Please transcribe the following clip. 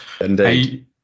Indeed